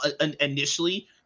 Initially